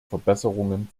verbesserungen